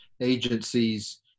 agencies